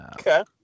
Okay